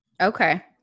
Okay